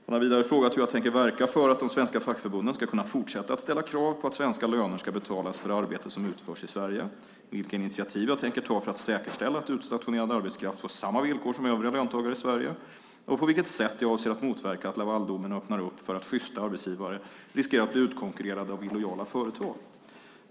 Han har vidare frågat hur jag tänker verka för att de svenska fackförbunden ska kunna fortsätta att ställa krav på att svenska löner ska betalas för arbete som utförs i Sverige, vilka initiativ jag tänker ta för att säkerställa att utstationerad arbetskraft får samma villkor som övriga löntagare i Sverige och på vilket sätt jag avser att motverka att Lavaldomen öppnar upp för att sjysta arbetsgivare riskerar att bli utkonkurrerade av illojala företag.